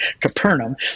Capernaum